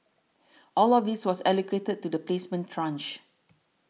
all of this was allocated to the placement tranche